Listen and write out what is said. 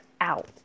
out